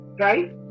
right